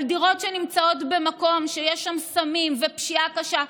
אבל דירות שנמצאות במקום שיש שם סמים ופשיעה קשה,